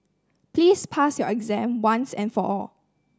please pass your exam once and for all